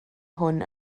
hwn